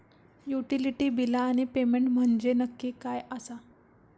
Utility बिला आणि payment म्हंजे नक्की काय आसा?